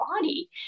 body